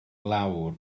lawr